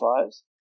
lives